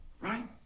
Right